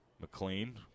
McLean